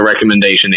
recommendation